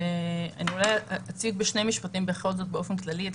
אני אציג בכל זאת בשני משפטים באופן כללי את